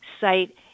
site